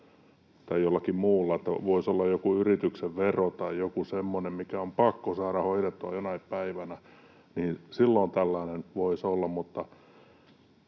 olisi jollakin muulla joku yrityksen vero tai joku semmoinen, mikä on pakko saada hoidettua jonain päivänä, niin silloin tällainen voisi olla. Mutta